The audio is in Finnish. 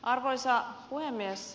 arvoisa puhemies